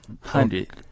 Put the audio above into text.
hundred